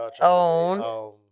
Own